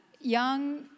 young